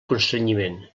constrenyiment